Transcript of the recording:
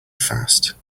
fast